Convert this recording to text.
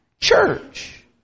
church